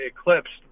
eclipsed